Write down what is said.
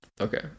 okay